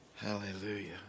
Hallelujah